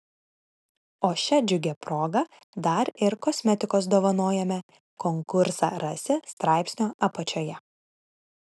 o šia džiugia proga dar ir kosmetikos dovanojame konkursą rasi straipsnio apačioje